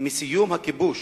מסיום הכיבוש